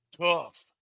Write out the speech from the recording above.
tough